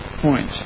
point